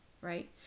right